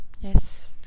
Yes